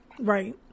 Right